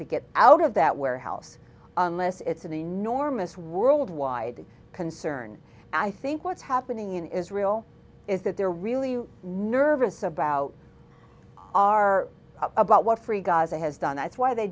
to get out of that warehouse unless it's an enormous worldwide concern i think what's happening in israel is that they're really nervous about our about what free gaza has done that's why they